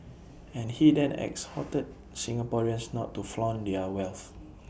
and he then exhorted Singaporeans not to flaunt their wealth